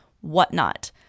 whatnot